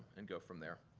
and go from there,